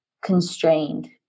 constrained